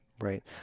Right